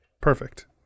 Perfect